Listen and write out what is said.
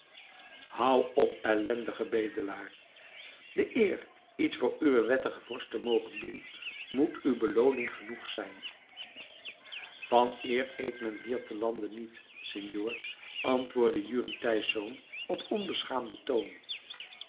houd op ellendige bedelaar de eer iets voor uwen wettigen vorst te mogen doen moest u belooning genoeg zijn van eer eet men hier te lande niet senor antwoordde jurrie thijsz op onbeschaamden toon